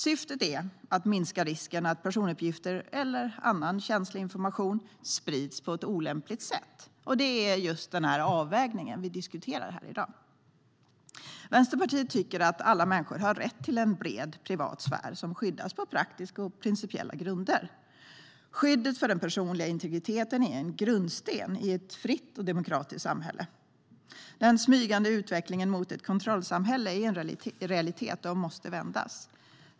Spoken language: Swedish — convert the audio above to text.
Syftet är att minska risken att personuppgifter eller annan känslig information sprids på ett olämpligt sätt. Det är just den avvägningen vi diskuterar här i dag. Vänsterpartiet tycker att alla människor har rätt till en bred privat sfär som skyddas på praktiska och principiella grunder. Skyddet för den personliga integriteten är en grundsten i ett fritt och demokratiskt samhälle. Den smygande utvecklingen mot ett kontrollsamhälle är en realitet och måste vändas.